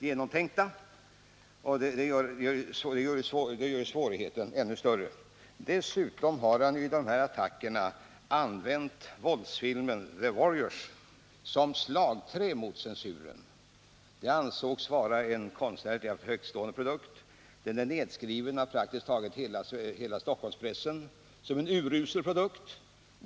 Det gör tvärtom svårigheten ännu större. Dessutom har Per Ahlmark i de här attackerna använt våldsfilmen The Warriors som slagträ mot censuren. En del ansåg den vara en konstnärligt högtstående produkt. Den är nedskriven av praktiskt taget hela Stockholmspressen som en urusel produkt.